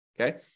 Okay